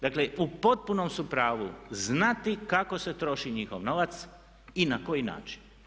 Dakle, u potpunom su pravu znati kako se troši njihov novac i na koji način.